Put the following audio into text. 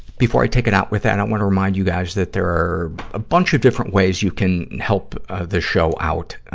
before i take it out with that, wanna remind you guys that there are a bunch of different ways you can help this show out,